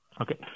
Okay